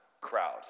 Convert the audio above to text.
crowd